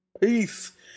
Peace